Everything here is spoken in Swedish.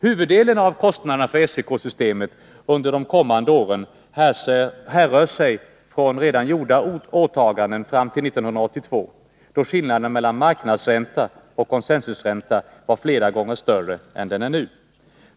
Huvuddelen av kostnaderna för SEK-systemet under de kommande åren härrör sig från redan gjorda åtaganden fram till 1982, då skillnaden mellan marknadsränta och consensusränta var flera gånger större än den är nu.